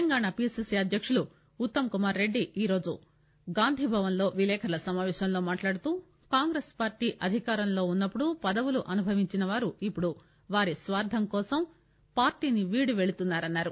Telangana PCC అధ్యకుడు ఉత్తమ్ కుమార్ రెడ్డి ఈరోజు గాంధీ భవన్ లో విలేఖరుల సమాపేశంలో మాట్లాడుతూ కాంగ్రెస్ పార్టీ అధికారంలో ఉన్నపుడు పదవులు అనుభవించినవారు ఇపుడు వారి స్వార్థం కోసం పార్టీని వీడి వెళుతున్నారన్నారు